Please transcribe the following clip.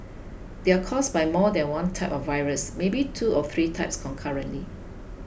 they are caused by more than one type of virus maybe two or three types concurrently